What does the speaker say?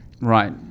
Right